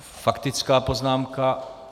Faktická poznámka.